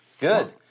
Good